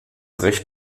recht